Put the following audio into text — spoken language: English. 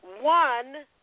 one